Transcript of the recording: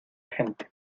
gente